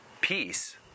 peace